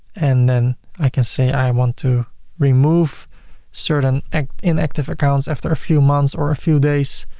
and then i can say i want to remove certain inactive accounts after a few months or a few days.